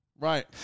Right